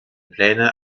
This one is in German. pläne